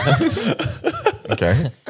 Okay